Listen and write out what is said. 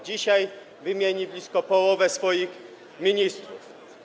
Dzisiaj wymieni blisko połowę swoich ministrów.